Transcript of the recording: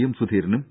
M സുധീരനും P